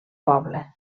poble